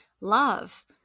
love